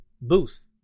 boost